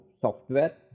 software